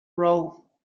role